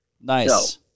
Nice